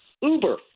Uber